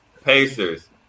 Pacers